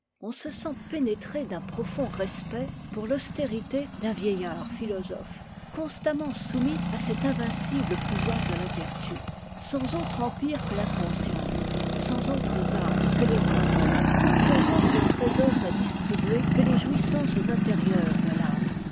on se sent pénétré d'un profond respect pour l'austérité d'un vieillard philosophe constamment soumis à cet invincible pouvoir de ta vertu sans autre empire que la conscience sans autres armes que les remords sans autres trésors à distribuer que les jouissances intérieures de l'âme